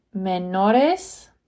menores